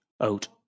out